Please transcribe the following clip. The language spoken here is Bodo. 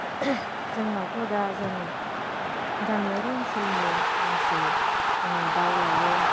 जोंनावथ' दा जों गामियारि ओनसोलनि मानसि जोङो दाउ लायो